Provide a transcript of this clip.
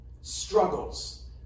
struggles